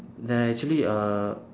there actually err